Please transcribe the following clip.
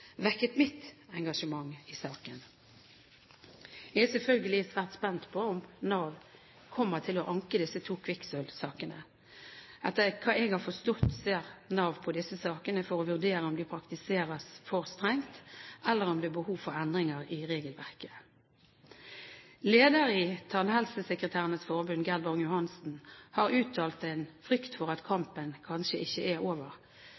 vekket mitt engasjement i saken. Jeg er selvfølgelig svært spent på om Nav kommer til å anke disse to kvikksølvsakene. Etter hva jeg har forstått, ser Nav på disse sakene for å vurdere om de praktiserer for strengt, eller om det er behov for endringer i regelverket. Leder i Tannhelsesekretærenes Forbund, Gerd Bang-Johansen, har uttalt en frykt for at kampen kanskje ikke er over,